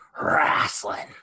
wrestling